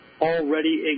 already